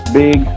big